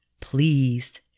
pleased